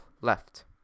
left